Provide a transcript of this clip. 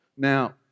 Now